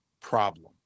problem